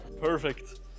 Perfect